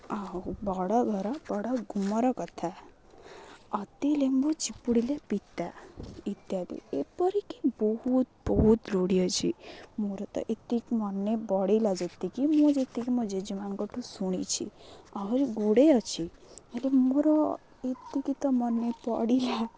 ଆଉ ବଡ଼ ଘର ବଡ଼ ଗୁମର କଥା ଅତି ଲେମ୍ବୁ ଚିପୁଡ଼ିଲେ ପିତା ଇତ୍ୟାଦି ଏପରିକି ବହୁତ ବହୁତ ରୂଢ଼ ଅଛି ମୋର ତ ଏତିକି ମନେ ପଡ଼ିଲା ଯେତିକି ମୁଁ ଯେତିକି ମୋ ଜେଜେମା'ଙ୍କଠୁ ଶୁଣିଛି ଆହୁରି ଗୁଡ଼ାଏ ଅଛି ହେଲେ ମୋର ଏତିକି ତ ମନେପଡ଼ିଲା